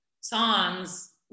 songs